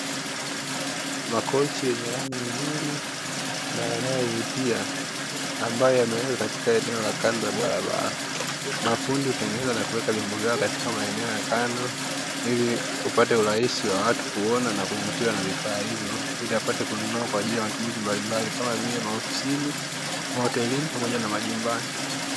Makochi yenye rangi nzuri na yanayovutia, ambayo yamewekwa katika eneo la kando ya barabara. Mafundi hutengeneza na kuweka vyombo vyao katika maeneo ya kando ili upate urahisi wa watu kuona na kuvutiwa na vifaa hivyo, ili apate kununua kwa ajili ya matumizi mbalimbali, kama vie: maofisini, mahotelini pamoja na majumbani.